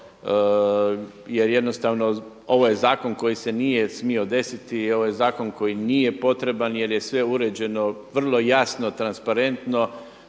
jer jednostavno ovaj zakon koji se nije smio desiti i ovaj zakon koji nije potreban jer je sve uređeno vrlo jasno, transparentno.